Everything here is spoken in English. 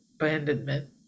abandonment